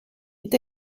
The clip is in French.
est